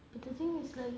but the thing is like